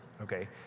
okay